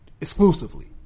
exclusively